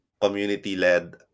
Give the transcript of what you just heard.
community-led